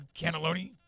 cannelloni